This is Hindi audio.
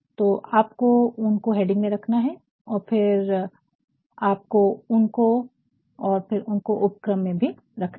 तो आपको उनको हेडिंग में रखना है और फिर आपको उनको और फिर उनको उपक्रम में भी रखना है